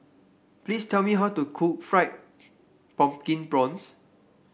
please tell me how to cook Fried Pumpkin Prawns